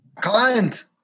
Client